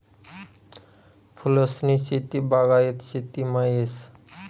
फूलसनी शेती बागायत शेतीमा येस